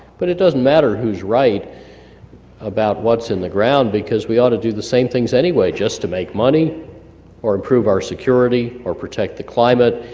but it doesn't matter who's right about what's in the ground because we ought to do the same things anyway just to make money or improve our security, or protect the climate.